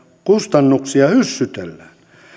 kustannuksia hyssytellään